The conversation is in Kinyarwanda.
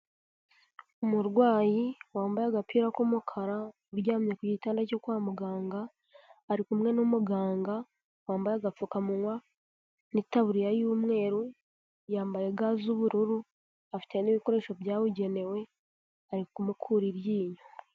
Umurwayi wambaye agapira k'umukara, uryamye ku gitanda cyo kwa muganga, ari kumwe n'umuganga wambaye agapfukamunwa n'itaburiya y'umweru, yambaye ga z'ubururu, afite n'ibikoresho byabugenewe ari kumukura iryinyo.